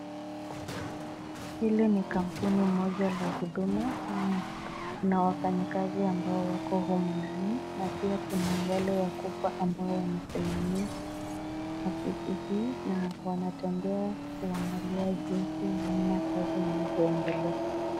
Hili ni kampuni moja la huduma na kuna wafanyikazi ambao wako humu ndani na pia kuna wale wakubwa ambao wamesimamia ofisi hii na wanatembea kuangalia jinsi kama kazi inavyoendelea.